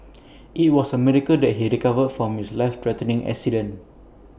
IT was A miracle that he recovered from his life threatening accident